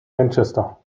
manchester